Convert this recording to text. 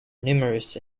numerous